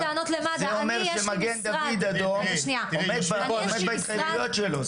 זה אומר שמגן דוד אדום עומד בהתחייבויות שלו,